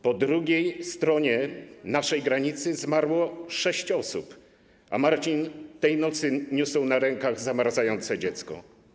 Po drugiej stronie naszej granicy zmarło sześć osób, a Marcin tej nocy niósł na rękach zamarzające dziecko.